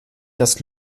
das